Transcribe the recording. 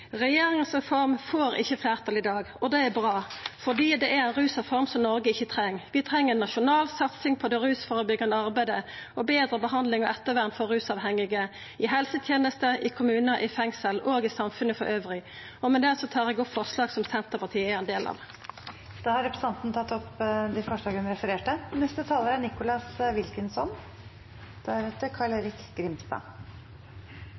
får ikkje fleirtal i dag, og det er bra, for det er ei rusreform som Noreg ikkje treng. Vi treng ei nasjonal satsing på det rusførebyggjande arbeidet og betre behandling og ettervern for dei rusavhengige i helsetenester, i kommunar, i fengsel og i samfunnet elles. Med det tar eg opp Senterpartiets forslag. Da har representanten Kjersti Toppe tatt opp de forslagene hun refererte til. Jeg er